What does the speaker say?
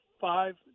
five